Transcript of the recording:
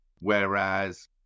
Whereas